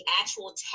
actual